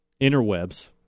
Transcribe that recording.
interwebs